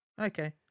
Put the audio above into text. Okay